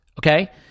okay